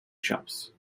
shops